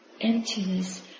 emptiness